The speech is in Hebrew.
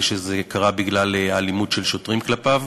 וזה קרה בגלל אלימות של שוטרים כלפיו,